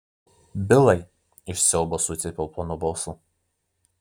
bilai iš siaubo sucypiau plonu balsu